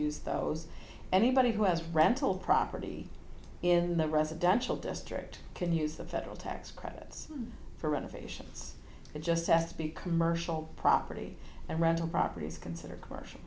use those anybody who has rental property in the residential district can use the federal tax credits for renovations but just as big commercial property and rental properties consider commercial